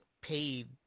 paid